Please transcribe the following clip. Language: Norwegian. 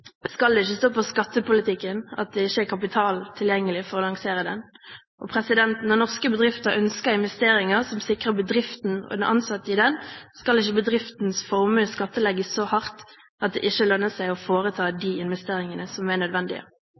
skal det ikke stå på skattepolitikken at det ikke er kapital tilgjengelig for å lansere den. Når norske bedrifter ønsker investeringer som sikrer bedriften og den ansatte i den, skal ikke bedriftens formue skattlegges så hardt at det ikke lønner seg å foreta de investeringene som er nødvendige.